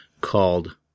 called